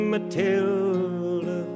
Matilda